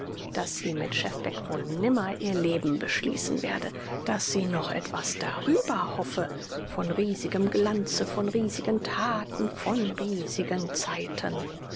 daß sie mit schefbeck wohl nimmer ihr leben beschließen werde daß sie noch etwas darüber hoffe von riesigem glanze von riesigen taten von riesigen zeiten